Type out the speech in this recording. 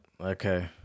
Okay